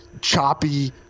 choppy